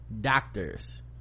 doctors